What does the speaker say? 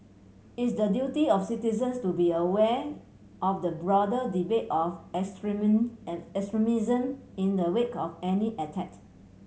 it's the duty of citizens to be aware of the broader debate of extremism in the wake of any attack